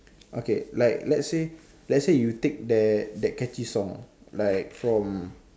okay like let say let say you take that that catchy song like from